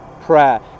prayer